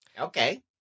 Okay